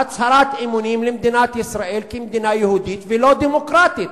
"הצהרת אמונים למדינת ישראל כמדינה יהודית ולא דמוקרטית".